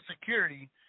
Security